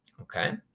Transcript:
Okay